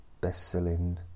best-selling